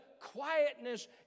quietness